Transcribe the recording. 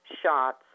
shots